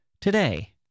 today